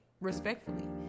respectfully